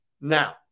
Now